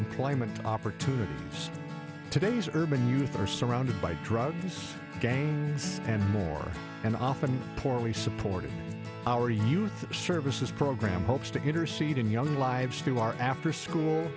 employment opportunities today's urban youth are surrounded by drugs gangs and more and often poorly supported our youth services program hopes to intercede in young lives through our afterschool